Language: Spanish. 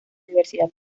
diversidad